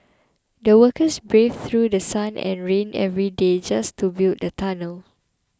the workers braved through The Sun and rain every day just to build the tunnel